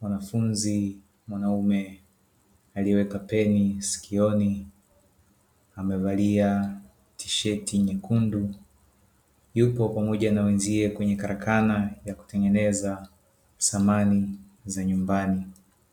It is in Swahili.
Mwanafunzi mwanaume aliyeweka peni sikioni amevalia tisheti nyekundu yupo pamoja na wenzie kwenye karakana ya kutengeneza samani za nyumbani,